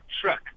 truck